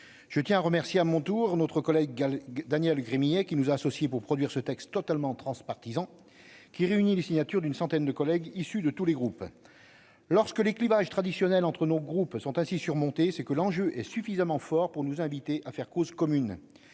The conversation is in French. je tiens à remercier Daniel Gremillet de nous avoir associés à ce texte totalement transpartisan, cosigné par une centaine de collègues, issus de tous les groupes. Lorsque les clivages traditionnels entre nos groupes sont ainsi surmontés, c'est que l'enjeu est suffisamment fort pour nous inviter à faire cause commune.